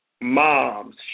moms